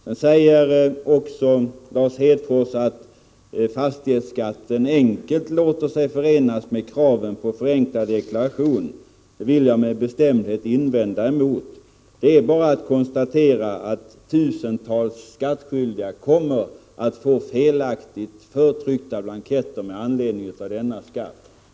Lars Hedfors säger att fastighetsskatten enkelt låter sig förena med kraven på förenklad deklaration. Detta vill jag med bestämdhet invända emot. Det är bara att konstatera att tusentals skattskyldiga kommer att få felaktigt förtryckta blanketter med anledning av denna skatt.